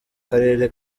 karere